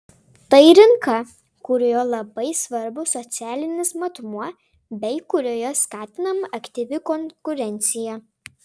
tai rinka kurioje labai svarbus socialinis matmuo bei kurioje skatinama aktyvi konkurencija